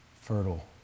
fertile